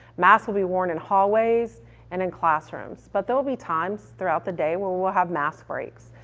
masks will be worn in hallways and in classrooms. but there'll be times throughout the day where we'll we'll have mask breaks.